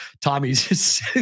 Tommy's